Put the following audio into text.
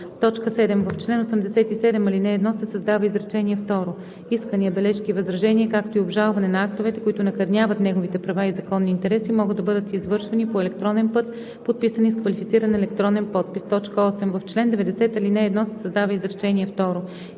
7. В чл. 87, ал. 1 се създава изречение второ: „Искания, бележки, възражения, както и обжалване на актовете, които накърняват неговите права и законни интереси, могат да бъдат извършвани по електронен път, подписани с квалифициран електронен подпис.“ 8. В чл. 90, ал. 1 се създава изречение второ: